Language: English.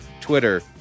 twitter